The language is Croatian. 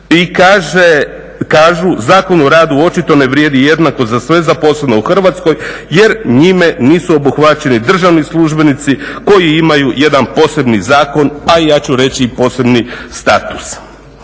I kažu Zakon o radu očito ne vrijedi jednako za sve zaposlene u Hrvatskoj jer njime nisu obuhvaćeni državni službenici koji imaju jedan posebni zakon, a ja ću reći i posebni status.